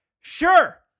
Sure